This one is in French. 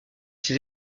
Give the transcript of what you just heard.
ses